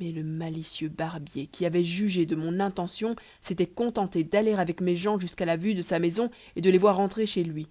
mais le malicieux barbier qui avait jugé de mon intention s'était contenté d'aller avec mes gens jusqu'à la vue de sa maison et de les voir entrer chez lui